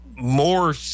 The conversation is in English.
More